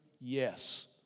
yes